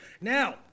Now